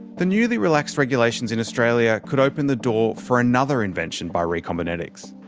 the newly relaxed regulations in australia could open the door for another invention by recombinetics.